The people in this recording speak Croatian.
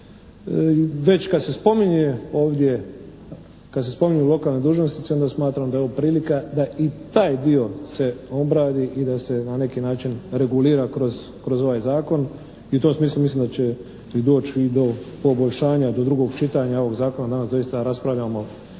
Već kad se spominje ovdje, kad se spominju lokalni dužnosnici onda smatram da je ovo prilika da i taj dio se obradi i da se na neki način regulira kroz ovaj zakon i u tom smislu mislim da će i doći do poboljšanja do drugog čitanja ovog zakona, danas doista raspravljamo